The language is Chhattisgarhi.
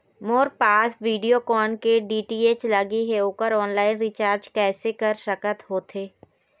मोर पास वीडियोकॉन के डी.टी.एच लगे हे, ओकर ऑनलाइन रिचार्ज कैसे कर सकत होथे?